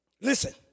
Listen